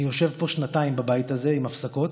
אני יושב פה שנתיים בבית הזה, עם הפסקות.